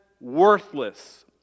worthless